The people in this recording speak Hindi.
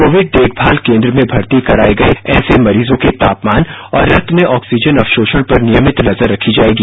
कोविड देखभाल केंद्र में भर्ती कराए ऐसे मरीजों के तापमान और रक्त में ऑक्सीजन अवशोषण पर नियमित नजर रखी जाएगी